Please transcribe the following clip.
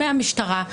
מהמשטרה,